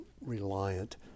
reliant